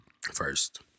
first